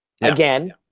Again